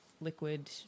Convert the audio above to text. liquid